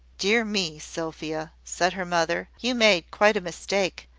dear me! sophia, said her mother, you made quite a mistake.